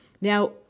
Now